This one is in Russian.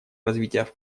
развития